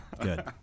good